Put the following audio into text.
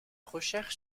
recherche